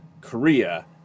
Korea